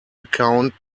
account